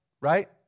right